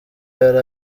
yari